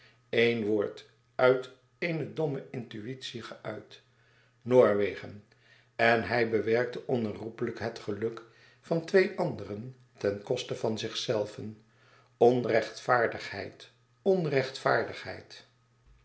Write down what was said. eén woord uit eene domme intuïtie geuit noorwegen en hij bewerkte onherroepelijk het geluk van twee anderen ten koste van zichzelven onrechtvaardigheid onrechtvaardigheid